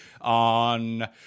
on